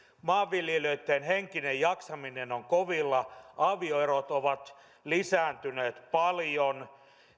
maanviljelijöitten henkinen jaksaminen on kovilla avioerot ovat lisääntyneet paljon